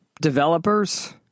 developers